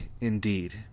indeed